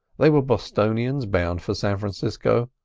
they were bostonians, bound for san francisco,